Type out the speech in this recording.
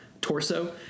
torso